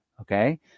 okay